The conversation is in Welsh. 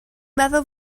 meddwl